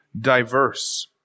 diverse